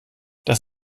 das